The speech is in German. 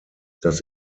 das